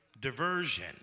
diversion